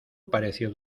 pareció